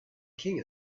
king